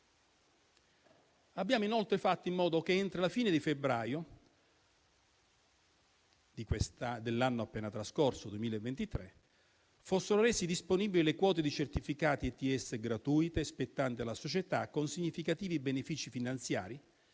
Abbiamo inoltre fatto in modo che, entro la fine di febbraio dell'anno appena trascorso (2023), fossero rese disponibili le quote dei certificati ETS gratuite spettanti alla società, con significativi benefici finanziari